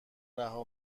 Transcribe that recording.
رها